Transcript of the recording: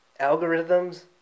algorithms